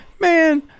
man